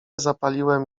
zapaliłem